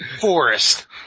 Forest